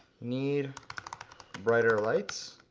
need brighter lights?